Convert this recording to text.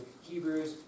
Hebrews